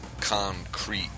Concrete